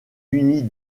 unit